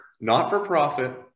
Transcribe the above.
not-for-profit